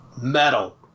metal